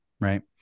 Right